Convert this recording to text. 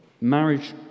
Marriage